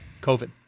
COVID